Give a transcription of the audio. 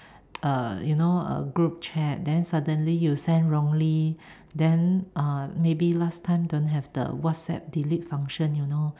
err you know a group chat then suddenly you send wrongly then uh maybe last time don't have the Whatsapp delete function you know